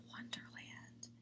Wonderland